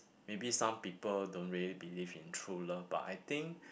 maybe some people don't really believe in true love but I think